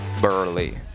Burley